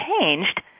changed